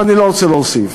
ואני לא רוצה להוסיף.